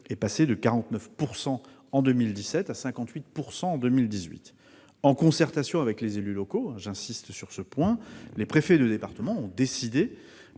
est passé de 49 % en 2017 à 58 % en 2018. En concertation avec les élus locaux, j'insiste sur ce point, les préfets de département ont décidé